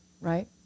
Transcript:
right